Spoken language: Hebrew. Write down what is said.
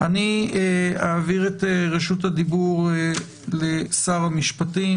אני אעביר את רשות הדיבור לשר המשפטים.